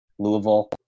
Louisville